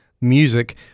music